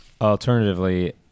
alternatively